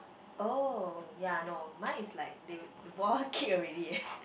oh yea no mine is like they the ball kick already eh